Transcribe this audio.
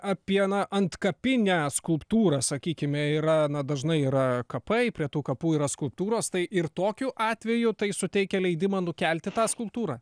apie na antkapinę skulptūrą sakykime yra na dažnai yra kapai prie tų kapų yra skulptūros tai ir tokiu atveju tai suteikia leidimą nukelti tą skulptūrą